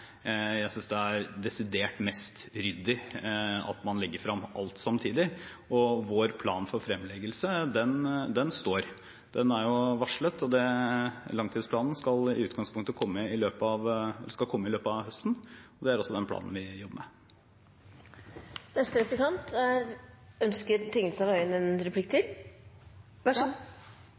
Jeg synes det er desidert mest ryddig at man legger frem alt samtidig. Vår plan for fremleggelse står – den er varslet: Langtidsplanen skal i utgangspunktet komme i løpet av høsten. Det er også den planen vi jobber med. Det høres veldig bra ut. Vi vet jo at det er store ting som skal inn i en